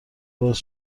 باز